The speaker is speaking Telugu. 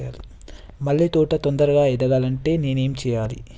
మల్లె తోట తొందరగా ఎదగాలి అంటే నేను ఏం చేయాలి?